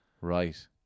Right